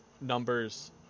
numbers